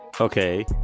okay